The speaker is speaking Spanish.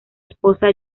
esposa